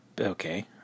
Okay